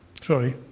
Sorry